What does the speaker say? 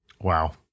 Wow